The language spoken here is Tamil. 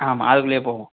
ஆமா அதுக்குள்ளயே போவோம்